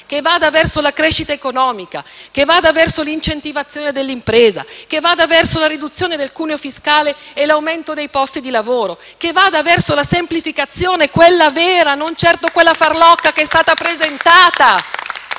che vada verso la crescita economica, verso l'incentivazione dell'impresa, verso la riduzione del cuneo fiscale e l'aumento dei posti di lavoro; che vada verso la semplificazione, quella vera e non certo quella farlocca che è stata presentata